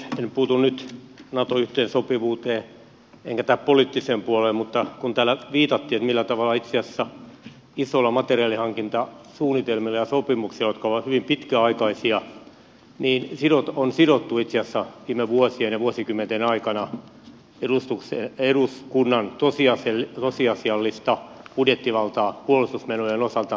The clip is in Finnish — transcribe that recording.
en puutu nyt nato yhteensopivuuteen enkä tähän poliittiseen puoleen mutta kun täällä viitattiin siihen millä tavalla itse asiassa isoilla materiaalihankintasuunnitelmilla ja sopimuksilla jotka ovat hyvin pitkäaikaisia on sidottu itse asiassa viime vuosien ja vuosikymmenten aikana eduskunnan tosiasiallista budjettivaltaa puolustusmenojen osalta niin se on ihan fakta